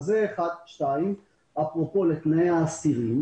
שנית, אפרופו תנאי האסירים